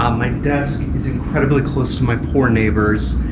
um my desk is incredibly close to my poor neighbors,